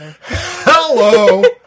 hello